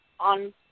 On